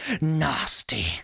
nasty